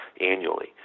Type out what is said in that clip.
annually